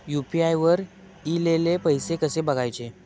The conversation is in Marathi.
यू.पी.आय वर ईलेले पैसे कसे बघायचे?